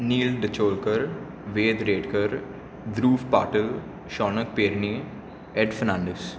नील Dicholkar Ved Redkar Dhruv Patil Shaunak Perne Ed Fernandes